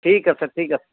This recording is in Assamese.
ঠিক আছে ঠিক আছে